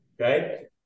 Okay